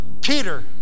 Peter